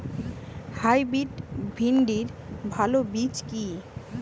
Hybrid ভিন্ডির ভালো বীজ কি?